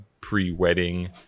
pre-wedding